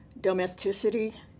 domesticity